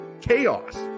Chaos